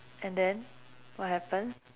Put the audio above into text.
and then what happen